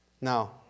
Now